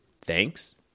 Thanks